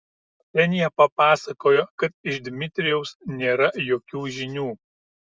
ksenija papasakojo kad iš dmitrijaus nėra jokių žinių